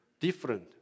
different